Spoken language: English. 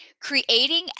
creating